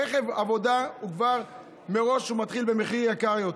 רכב עבודה כבר מראש מתחיל במחיר יקר יותר.